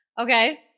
Okay